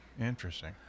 Interesting